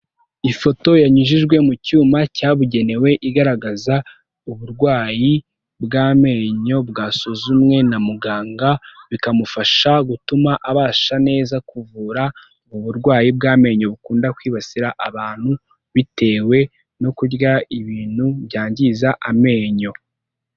Ifoto yanyujijwe mu cyuma cyabugenewe igaragaza uburwayi bw'amenyo bwasuzumwe na muganga, bikamufasha gutuma abasha neza kuvura uburwayi bw'amenyo bukunda kwibasira abantu bitewe no kurya ibintu byangiza amenyo.